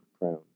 crown